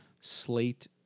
slate